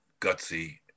gutsy